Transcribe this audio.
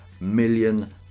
million